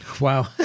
Wow